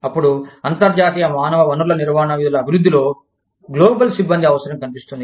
అప్పుడు అంతర్జాతీయ మానవ వనరుల నిర్వహణ విధుల అభివృద్ధిలో గ్లోబల్ సిబ్బంది అవసరం కనిపిస్తుంది